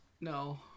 No